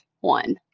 one